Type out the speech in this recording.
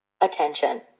Attention